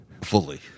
fully